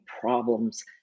problems